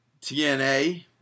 TNA